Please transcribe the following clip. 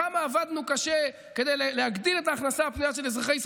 כמה עבדנו קשה כדי להגדיל את ההכנסה הפנויה של אזרחי ישראל,